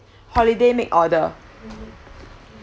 holiday make order